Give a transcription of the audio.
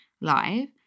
live